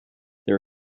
there